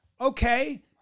Okay